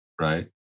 Right